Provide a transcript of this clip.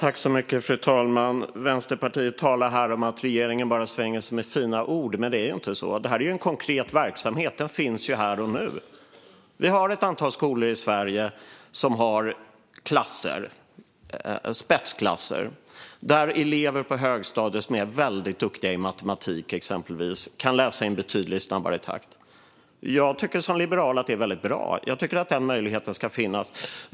Fru talman! Vänsterpartiet talar här om att regeringen bara svänger sig med fina ord, men det är inte så. Det här är en konkret verksamhet; den finns här och nu. Vi har ett antal skolor i Sverige som har spetsklasser, där elever på högstadiet som är väldigt duktiga i exempelvis matematik kan läsa i en betydligt snabbare takt. Jag tycker som liberal att det är väldigt bra. Jag tycker att denna möjlighet ska finnas. Fru talman!